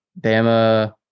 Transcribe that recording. Bama